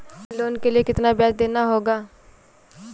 Loan के लिए कितना ब्याज देना होगा?